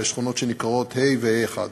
לשכונות שנקראות ה' וה'1.